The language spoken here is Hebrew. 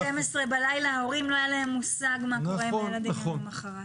ב-12:00 בלילה להורים לא היה מושג מה קורה עם הילדים למוחרת.